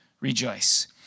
rejoice